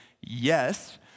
yes